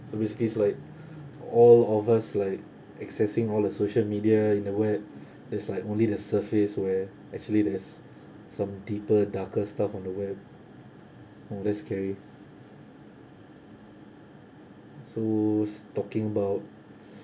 so basically it's like all of us like accessing all the social media in the web it's like only the surface where actually there's some deeper darker stuff on the web oh that's scary so s~ talking about